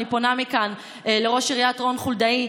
אני פונה מכאן לראש עיריית תל אביב רון חולדאי: